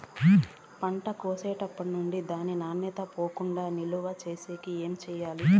పంట కోసేటప్పటినుండి దాని నాణ్యత పోకుండా నిలువ సేసేకి ఏమేమి చేయాలి?